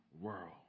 world